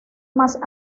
más